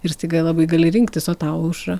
ir staiga labai gali rinktis o tau aušra